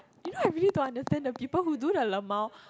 you know I don't really understand the people who do the lmao